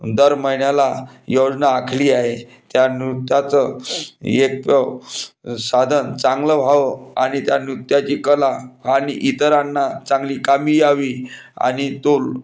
दर महिन्याला योजना आखली आहे त्या नृत्याचं एक साधन चांगलं व्हावं आणि त्या नृत्याची कला आणि इतरांना चांगली कामी यावी आणि तो